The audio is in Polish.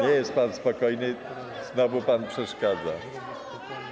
Nie jest pan spokojny, znowu pan przeszkadza.